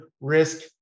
risk